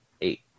Eight